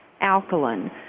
alkaline